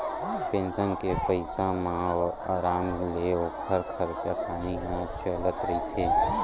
pension के पइसा म अराम ले ओखर खरचा पानी ह चलत रहिथे